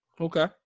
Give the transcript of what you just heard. okay